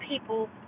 people